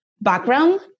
background